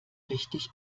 richtig